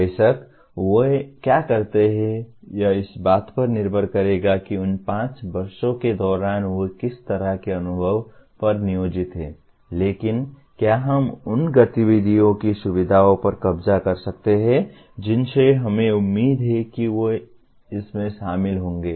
बेशक वे क्या करते हैं यह इस बात पर निर्भर करेगा कि उन 5 वर्षों के दौरान वे किस तरह के अनुभवों पर नियोजित हैं लेकिन क्या हम उन गतिविधियों की सुविधाओं पर कब्जा कर सकते हैं जिनसे हमें उम्मीद है कि वे इसमें शामिल होंगे